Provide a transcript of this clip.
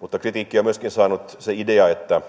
mutta kritiikkiä on saanut myöskin se idea että